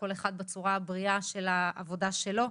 כל אחת בצורה הבריאה של העבודה שלה,